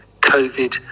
COVID